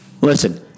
Listen